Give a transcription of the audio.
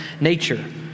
nature